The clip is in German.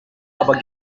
aber